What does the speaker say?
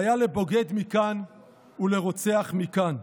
והיה לבוגד מכאן ולרוצח מכאן.